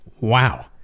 Wow